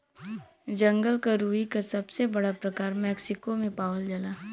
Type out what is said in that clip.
जंगल क रुई क सबसे बड़ा प्रकार मैक्सिको में पावल जाला